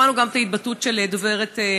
שמענו גם את דוברת המשטרה,